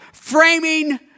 framing